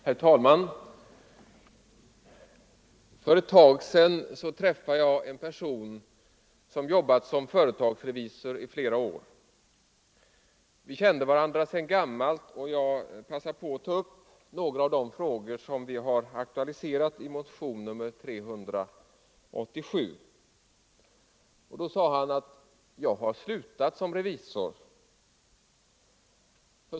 Herr talman! För ett tag sedan träffade jag en person som jobbat som företagsrevisor i flera år. Vi kände varandra sedan gammalt och jag passade på att ta upp några av de frågor som vi har aktualiserat i motion nr 387. Då sade han: Jag har slutat som revisor.